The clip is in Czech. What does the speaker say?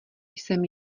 jsem